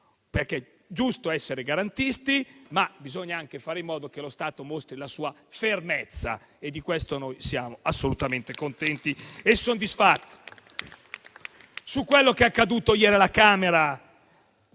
perché è giusto essere garantisti, ma bisogna anche fare in modo che lo Stato mostri la sua fermezza: di questo siamo assolutamente contenti e soddisfatti. Su quello che è accaduto ieri alla Camera